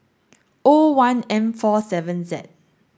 O one M four seven Z